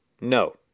No